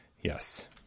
Yes